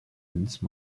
vince